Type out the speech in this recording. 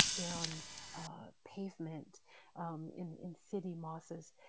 they're on pavement um in in city mosses.